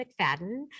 McFadden